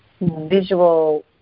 visual